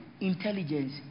intelligence